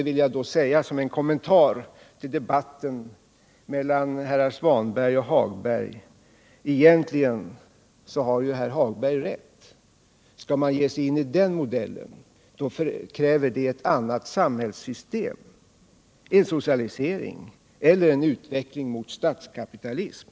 vill jag säga: Egentligen har ju herr Hagberg rätt — skall man ge sig in på den här modellen krävs det en annan samhällssyn, en socialisering eller utveckling mot statskapitalism.